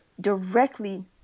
directly